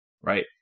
right